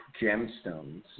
gemstones